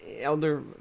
elder